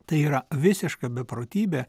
tai yra visiška beprotybė